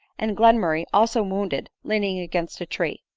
and glenmurray, also wound ed, leaning against a tree.